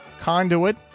Conduit